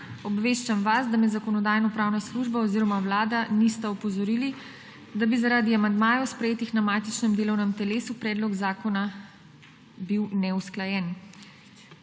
Obveščam vas, da me Zakonodajno-pravna služba oziroma Vlada nista opozorili, da bi zaradi amandmajev, sprejetih na matičnem delovnem telesu, bil predlog zakona neusklajen.